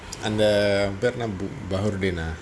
அந்த:antha bed one room bathroom bin ah